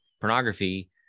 pornography